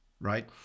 Right